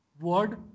word